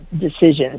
decisions